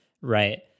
right